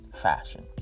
fashion